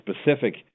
specific